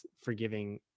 forgiving